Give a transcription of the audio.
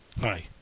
Hi